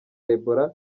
ebola